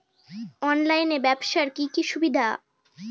অনলাইনে ব্যবসার কি কি অসুবিধা?